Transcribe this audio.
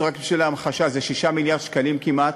רק לשם ההמחשה, זה 6 מיליארד שקלים כמעט,